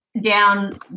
down